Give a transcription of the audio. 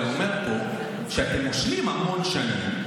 אלא אומר פה שאתם מושלים המון שנים,